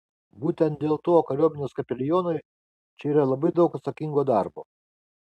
būtent dėl to kariuomenės kapelionui čia yra labai daug atsakingo darbo